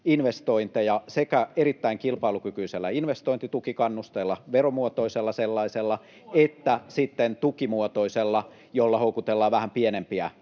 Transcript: investointeja sekä erittäin kilpailukykyisellä investointitukikannusteella, veromuotoisella sellaisella [Timo Harakka: Se on vuoden voimassa!] että sitten tukimuotoisella, jolla houkutellaan vähän pienempiä